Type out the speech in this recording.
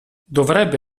dovrebbe